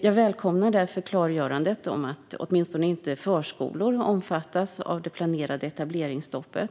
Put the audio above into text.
Jag välkomnar därför klargörandet att åtminstone förskolor inte omfattas av det planerade etableringsstoppet.